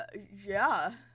yeah.